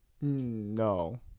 No